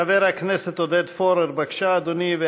חבר הכנסת עודד פורר, בבקשה, אדוני.